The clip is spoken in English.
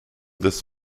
this